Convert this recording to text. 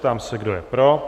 Ptám se, kdo je pro?